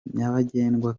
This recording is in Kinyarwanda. nyabagendwa